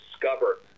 discover